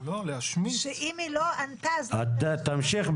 שאם היא לא ענתה אז --- תמשיך,